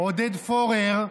עודד פורר,